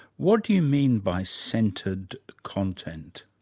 what do you mean by centred content?